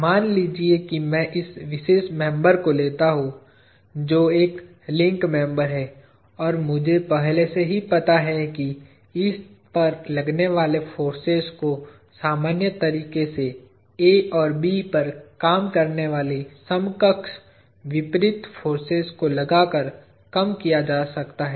मान लीजिए कि मैं इस विशेष मेंबर को लेता हूं जो एक लिंक मेंबर है और मुझे पहले से ही पता है कि इस पर लगने वाले फोर्सेज को सामान्य तरीके से A और B पर काम करने वाली समकक्ष विपरीत फोर्सेज को लगा कर कम किया जा सकता है